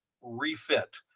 refit